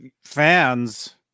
fans